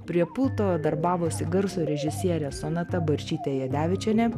prie pulto darbavosi garso režisierė sonata barčytė jadevičienė